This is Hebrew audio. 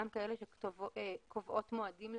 גם למשל כאלה שקובעות מועדים .